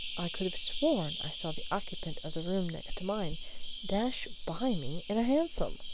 i could have sworn i saw the occupant of the room next mine dash by me in a hansom!